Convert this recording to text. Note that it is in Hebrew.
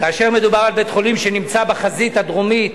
כאשר מדובר בבית-חולים שנמצא בחזית הדרומית,